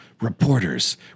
reporters